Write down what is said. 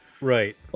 Right